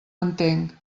entenc